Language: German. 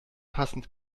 passend